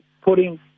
putting